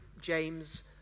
James